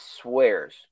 swears